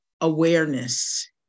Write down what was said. awareness